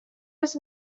was